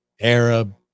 Arab